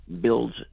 builds